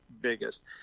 biggest